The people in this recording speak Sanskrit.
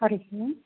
हरिः ओम्